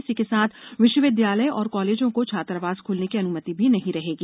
इसी के साथ विश्वविद्यालय और कॉलेजों को छात्रावास खोलने की अनुमति भी नहीं रहेगी